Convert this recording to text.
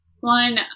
One